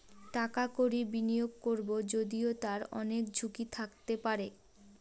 টাকা কড়ি বিনিয়োগ করবো যদিও তার অনেক ঝুঁকি থাকতে পারে